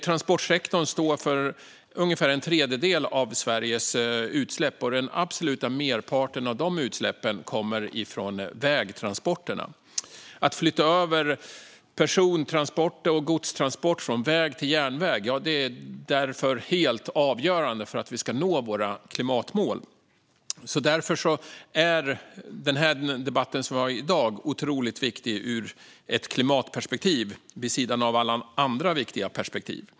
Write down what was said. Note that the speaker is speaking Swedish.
Transportsektorn står för ungefär en tredjedel av Sveriges utsläpp, och den absoluta merparten av de utsläppen kommer från vägtransporterna. Att flytta över persontransport och godstransport från väg till järnväg är därför helt avgörande för att vi ska nå våra klimatmål. Därför är debatten i dag otroligt viktig ur ett klimatperspektiv, vid sidan av alla andra viktiga perspektiv.